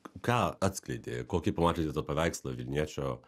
ką atskleidė kokį pamatėte tą paveikslą vilniečio